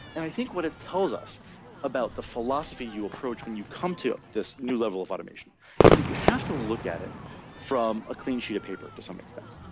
and i think what it tells us about the philosophy you approach when you come to this new level of automation is that you have to look at it from a clean sheet of paper to some extent